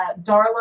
Darla